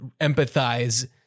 empathize